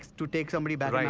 to take somebody back